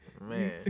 Man